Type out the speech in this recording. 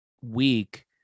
week